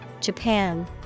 Japan